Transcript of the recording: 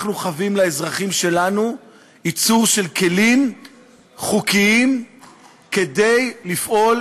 אנחנו חייבים לאזרחים שלנו ייצור של כלים חוקיים כדי לפעול